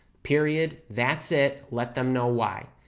period, that's it, let them know why.